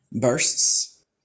bursts